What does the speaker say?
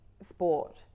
sport